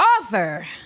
author